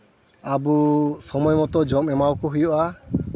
ᱟᱵᱚ ᱥᱚᱢᱚᱭ ᱢᱚᱛᱚ ᱡᱚᱢ ᱮᱢᱟᱣᱟᱠᱚ ᱦᱩᱭᱩᱜᱼᱟ